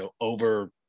over